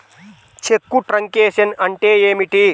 చెక్కు truncation అంటే ఏమిటి?